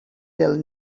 del